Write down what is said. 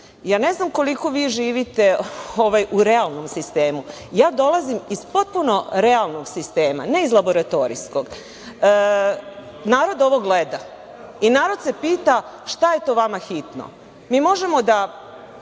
Ja ne znam koliko vi živite u realnom sistemu, ali ja dolazim iz potpuno realnog sistema, ne iz laboratorijskog. Narod ovo gleda i narod se pita šta je to vama hitno. Mi možemo da